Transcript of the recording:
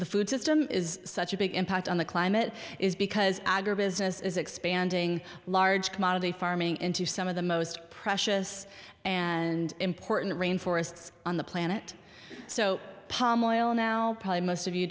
the food system is such a big impact on the climate is because agribusiness is expanding large commodity farming into some of the most precious and important rainforests on the planet so palm oil now most of you